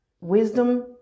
wisdom